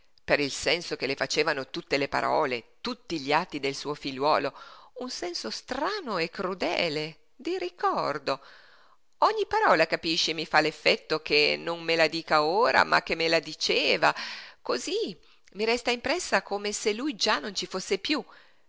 per il senso che le facevano tutte le parole tutti gli atti del suo figliuolo un senso strano e crudele di ricordo ogni parola capisci mi fa l'effetto che non me la dica ora ma che me la diceva osí i resta impressa come se lui già non ci fosse piú